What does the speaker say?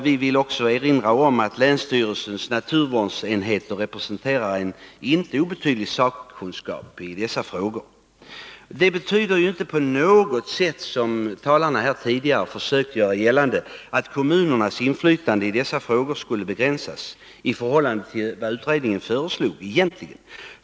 Vi vill också erinra om att länsstyrelsens naturvårdsenhet representerar en inte obetydlig sakkunskap i dessa frågor. Detta betyder inte på något sätt, som de tidigare talarna har försökt göra gällande, att kommunernas inflytande i dessa frågor skulle begränsas i förhållande till vad utredningen egentligen föreslog.